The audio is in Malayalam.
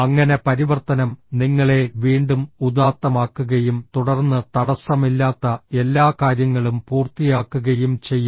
അങ്ങനെ പരിവർത്തനം നിങ്ങളെ വീണ്ടും ഉദാത്തമാക്കുകയും തുടർന്ന് തടസ്സമില്ലാത്ത എല്ലാ കാര്യങ്ങളും പൂർത്തിയാക്കുകയും ചെയ്യും